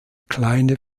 kleine